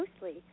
mostly